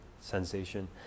sensation